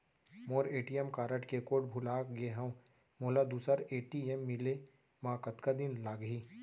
मोर ATM card के code भुला गे हव, मोला दूसर ए.टी.एम मिले म कतका दिन लागही?